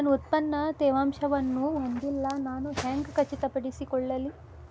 ನನ್ನ ಉತ್ಪನ್ನ ತೇವಾಂಶವನ್ನು ಹೊಂದಿಲ್ಲಾ ನಾನು ಹೆಂಗ್ ಖಚಿತಪಡಿಸಿಕೊಳ್ಳಲಿ?